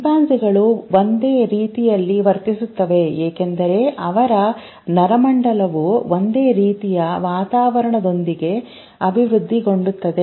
ಚಿಂಪಾಂಜಿಗಳು ಒಂದು ರೀತಿಯಲ್ಲಿ ವರ್ತಿಸುತ್ತಾರೆ ಏಕೆಂದರೆ ಅವರ ನರಮಂಡಲವು ಒಂದೇ ರೀತಿಯ ವಾತಾವರಣದೊಂದಿಗೆ ಅಭಿವೃದ್ಧಿಗೊಂಡಿದೆ